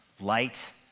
light